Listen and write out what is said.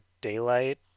Daylight